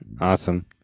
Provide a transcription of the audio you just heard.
Awesome